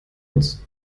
uns